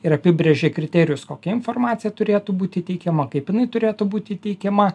ir apibrėžė kriterijus kokia informacija turėtų būti teikiama kaip jinai turėtų būti įteikima